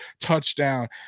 touchdown